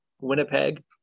Winnipeg